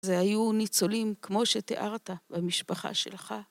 זה היו ניצולים כמו שתיארת במשפחה שלך.